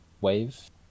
wave